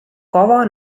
kava